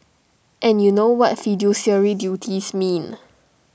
and you know what fiduciary duties mean